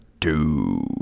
two